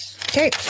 Okay